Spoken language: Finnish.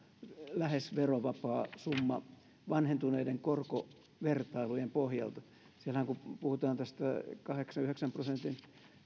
lähes verovapaan summan vanhentuneiden korkovertailujen pohjalta siellähän kun puhutaan tästä kahdeksan viiva yhdeksän prosentin